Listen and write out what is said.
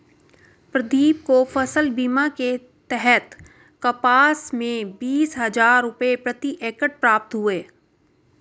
प्रदीप को फसल बीमा के तहत कपास में बीस हजार रुपये प्रति एकड़ प्राप्त हुए